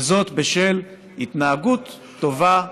וזאת בשל התנהגות טובה בכלא.